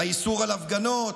איסור ההפגנות